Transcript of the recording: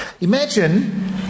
Imagine